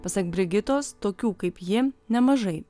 pasak brigitos tokių kaip ji nemažai